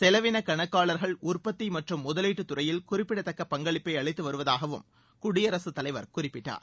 செலவின கணக்காளர்கள் உற்பத்தி மற்றும் முதலீட்டு துறையில் குறிப்பிடத்தக்க பங்களிப்பை அளித்து வருவதாகவும் குடியரசு தலைவர் குறிப்பிட்டார்